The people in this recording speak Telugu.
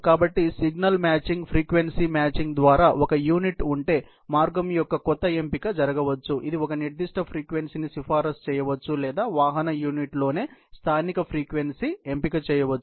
కాబట్టి సిగ్నల్ మ్యాచింగ్ ఫ్రీక్వెన్సీ మ్యాచింగ్ ద్వారా మీకు ఒక యూనిట్ ఉంటే మార్గం యొక్క కొంత ఎంపిక జరగవచ్చు ఇది ఒక నిర్దిష్ట ఫ్రీక్వెన్సీని సిఫారసు చేయవచ్చు లేదా వాహన యూనిట్లోనే స్థానిక ఫ్రీక్వెన్సీ ఎంపిక చేయవచ్చు